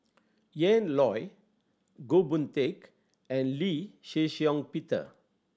Ian Loy Goh Boon Teck and Lee Shih Shiong Peter